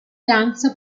danza